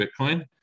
Bitcoin